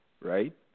right